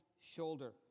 shoulder